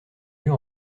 yeux